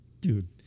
Dude